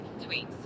Tweets